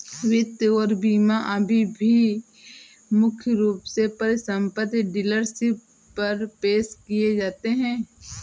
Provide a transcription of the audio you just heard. वित्त और बीमा अभी भी मुख्य रूप से परिसंपत्ति डीलरशिप पर पेश किए जाते हैं